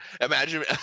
imagine